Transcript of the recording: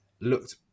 looked